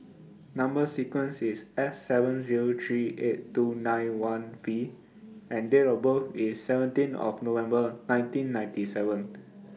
Number sequence IS S seven Zero three eight two nine one V and Date of birth IS seventeen of November nineteen ninety seven